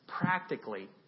practically